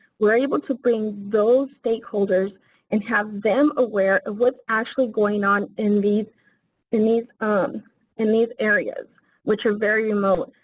we're able to bring those stakeholders and have them aware of what's actually going on in these in these um and areas which are very remote.